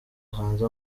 hanze